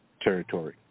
territory